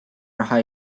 raha